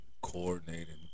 coordinating